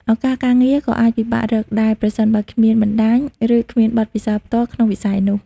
ឱកាសការងារក៏អាចពិបាករកដែរ ប្រសិនបើគ្មានបណ្តាញ ឬគ្មានបទពិសោធន៍ផ្ទាល់ក្នុងវិស័យនោះ។